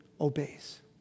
obeys